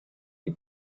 you